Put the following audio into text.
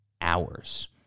hours